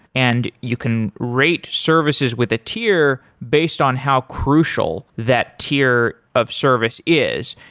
and you can rate services with a tier based on how crucial that tier of service is.